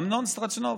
אמנון סטרשנוב.